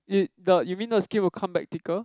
it the you mean the skin will come back thicker